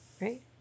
right